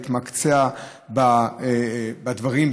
להתמקצע בדברים,